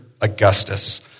Augustus